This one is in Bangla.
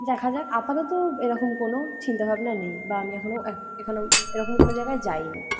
দেখা যাক আপাততো এরকম কোনো চিন্তা ভাবনা নেই বা আমি এখনও এখনো এরকম কোনো জায়গায় যাই নি